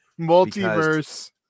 multiverse